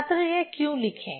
छात्र यह क्यों लिखें